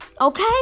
Okay